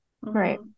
Right